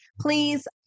please